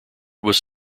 was